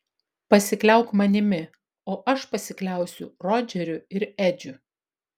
pasikliauk manimi o aš pasikliausiu rodžeriu ir edžiu